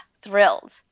Thrilled